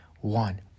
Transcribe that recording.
one